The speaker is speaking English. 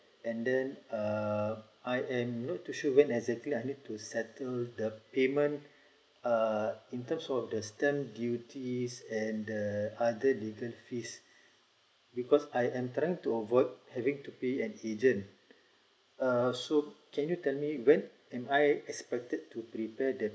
and then err I am not too sure when exactly I need to settle the payment uh in terms of the stamp duties and the other legal fees because I'm trying to avoid having to pay an agent err so can you tell me when am I expected to prepare the